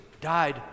died